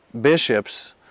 bishops